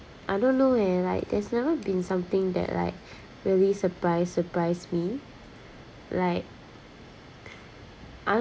I don't know eh like there's never been something that like really surprise surprise me like I